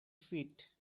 feet